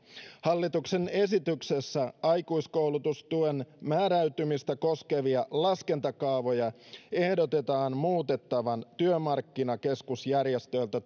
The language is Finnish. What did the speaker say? hallituksen esityksessä aikuiskoulutustuen määräytymistä koskevia laskentakaavoja ehdotetaan muutettavan työmarkkinakeskusjärjestöiltä